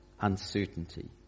uncertainty